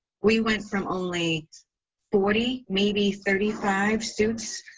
we went from only forty, maybe thirty five suits,